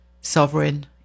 sovereign